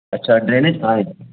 اچھا ڈرینج تھا